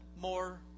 more